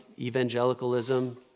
evangelicalism